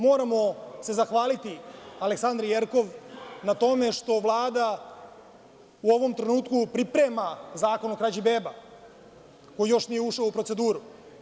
Moramo se zahvaliti Aleksandri Jerkov na tome što Vlada u ovom trenutku priprema zakon o krađi beba, koji još nije ušao u proceduru.